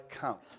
count